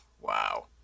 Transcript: wow